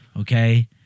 Okay